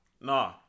Nah